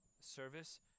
service